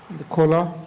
the color,